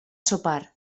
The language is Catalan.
sopar